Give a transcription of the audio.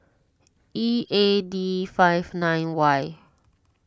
E A D five nine Y